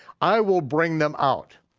i will bring them out.